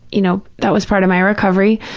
you know, that was part of my recovery,